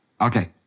Okay